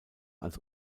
als